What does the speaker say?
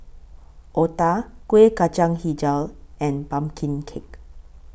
Otah Kuih Kacang Hijau and Pumpkin Cake